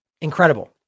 Incredible